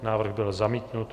Návrh byl zamítnut.